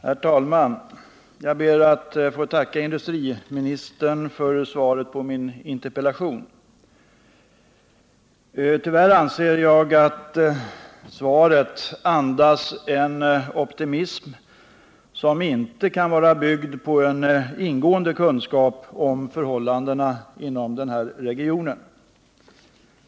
Herr talman! Jag ber att få tacka industriministern för svaret på min interpellation. Tyvärr anser jag att svaret andas en optimism som inte kan vara byggd på en ingående kunskap om förhållandena inom den här regionen.